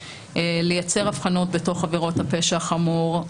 לייצר הבחנות בתוך עבירות הפשע החמור.